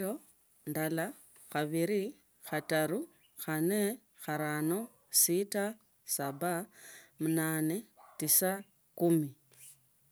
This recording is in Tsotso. Ndala, khabili, khataru, khanne, kharano, sita, saba, mnane, tisa, kumi.